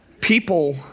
People